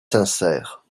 sincère